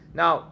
now